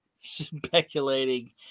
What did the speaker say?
speculating